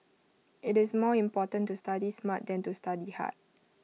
IT is more important to study smart than to study hard